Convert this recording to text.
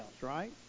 right